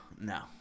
no